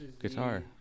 guitar